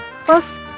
plus